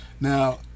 Now